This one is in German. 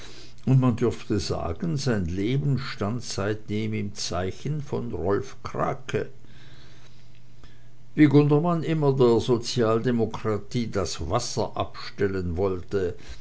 und man durfte sagen sein leben stand seitdem im zeichen von rolf krake wie gundermann immer der sozialdemokratie das wasser abstellen wollte